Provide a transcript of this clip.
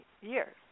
years